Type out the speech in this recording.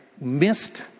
missed